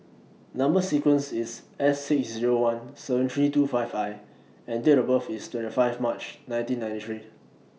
Number sequence IS S six Zero one seven three two five I and Date of birth IS twenty five March nineteen ninety three